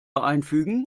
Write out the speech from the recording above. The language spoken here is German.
einfügen